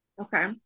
okay